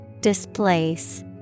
Displace